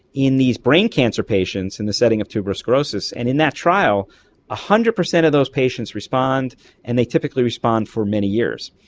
in these brain cancer patients in the setting of tuberous sclerosis, and in that trial one hundred percent of those patients respond and they typically respond for many years.